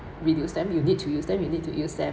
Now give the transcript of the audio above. reduce them you need to use them you need to use them